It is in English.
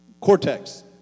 cortex